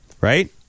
right